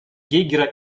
гейгера